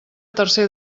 tercer